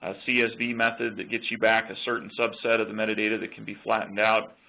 ah csv method that gets you back a certain subset of the metadata that can be flattened out,